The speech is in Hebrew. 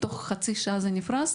תוך חצי שעה זה נפרס,